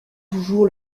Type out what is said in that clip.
toujours